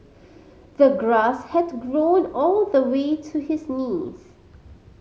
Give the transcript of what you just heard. the grass had grown all the way to his knees